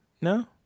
No